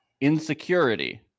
insecurity